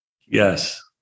Yes